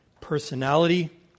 personality